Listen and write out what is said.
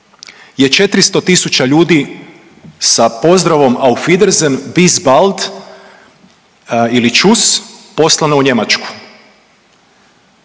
je 400 tisuća ljudi sa pozdravom auf wiedersehen, bis bald ili tschuss poslano u Njemačku.